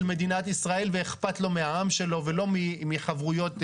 מדינת ישראל ואכפת לו מהעם שלו ולא מחברויות אישיות.